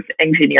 engineer